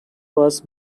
was